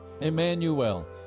Emmanuel